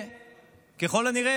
ככל הנראה,